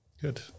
Good